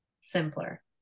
simpler